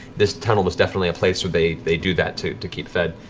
this tunnel was definitely a place where they they do that to to keep fed.